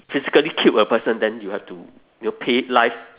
physically killed a person then you have to you know pay life